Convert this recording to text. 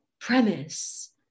premise